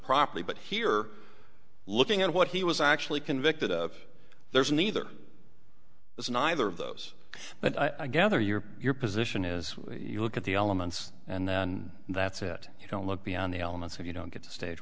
properly but here looking at what he was actually convicted of there's neither this neither of those but i gather your your position is you look at the elements and then that's it you don't look beyond the elements if you don't get to stage